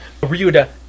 Ryuda